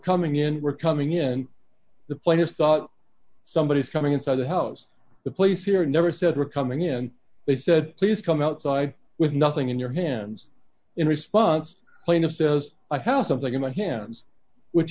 coming in we're coming in the plane is thought somebody is coming inside the house the place here never said we're coming in they said please come outside with nothing in your hands in response plaintiff says i how something in my hands which